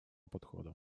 подхода